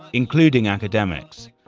including academics.